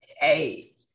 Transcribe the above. hey